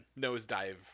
Nosedive